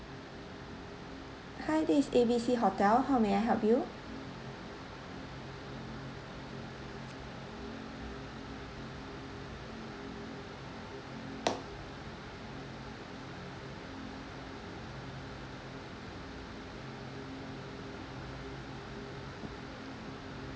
hi this is A B C hotel how may I help you